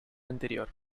anterior